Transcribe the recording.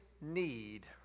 need